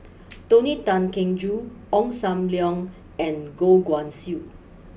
Tony Tan Keng Joo Ong Sam Leong and Goh Guan Siew